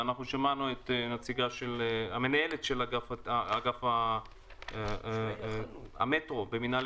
שמענו את המנהלת של אגף המטרו במינהל